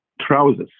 trousers